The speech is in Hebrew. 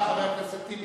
תודה רבה, חבר הכנסת טיבי.